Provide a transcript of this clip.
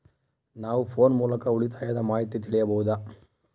ನಾವು ಫೋನ್ ಮೂಲಕ ಉಳಿತಾಯದ ಮಾಹಿತಿ ತಿಳಿಯಬಹುದಾ?